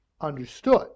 understood